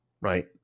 right